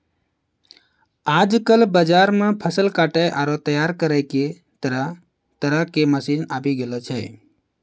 आजकल बाजार मॅ फसल काटै आरो तैयार करै के तरह तरह के मशीन आबी गेलो छै